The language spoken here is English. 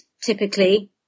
typically